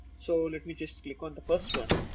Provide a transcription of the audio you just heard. so let me just click on the first one,